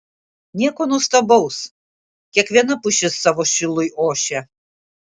nieko nuostabaus kiekviena pušis savo šilui ošia